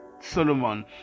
solomon